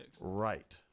Right